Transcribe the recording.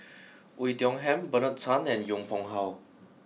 Oei Tiong Ham Bernard Tan and Yong Pung How